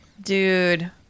Dude